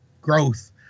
growth